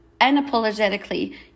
unapologetically